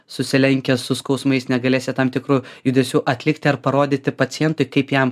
susilenkęs su skausmais negalėsi tam tikrų judesių atlikti ar parodyti pacientui kaip jam